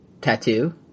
tattoo